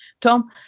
Tom